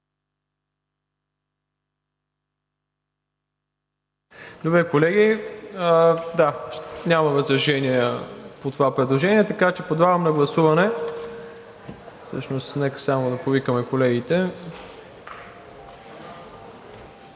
Добре, колеги, няма възражения по това предложение, така че подлагам на гласуване…